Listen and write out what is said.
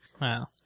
Wow